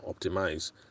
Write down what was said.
optimize